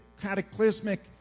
cataclysmic